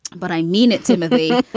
but i mean it. timothy,